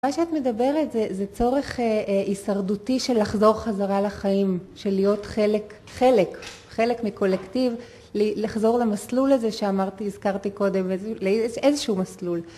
מה שאת מדברת זה צורך הישרדותי של לחזור חזרה לחיים, של להיות חלק חלק מקולקטיב לחזור למסלול הזה שאמרתי הזכרתי קודם לאיזשהו מסלול